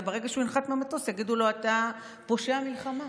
כי ברגע שהוא יצא מהמטוס יגידו לו: אתה פושע מלחמה.